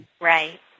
Right